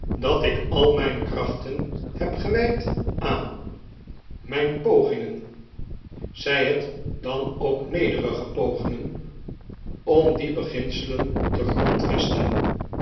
dat ik al mijn krachten heb gewijd aan mijn pogingen zij het dan ook nederige pogingen om die beginselen te